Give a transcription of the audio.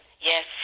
Yes